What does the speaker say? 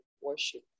worship